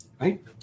right